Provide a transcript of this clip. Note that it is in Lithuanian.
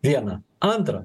viena antra